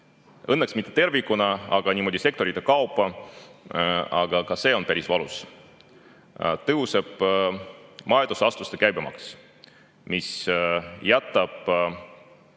Õnneks mitte tervikuna, vaid niimoodi sektorite kaupa, aga ka see on päris valus. Tõuseb majutusasutuste käibemaks, mis toob